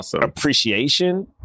appreciation